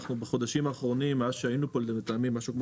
בחודשים האחרונים, מאז שהיינו פה לפני כחודשיים,